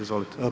Izvolite.